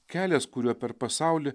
kelias kuriuo per pasaulį